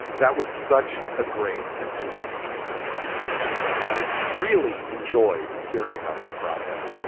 that was such a great and entertaining conversation, and i really enjoyed hearing about their process.